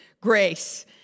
Grace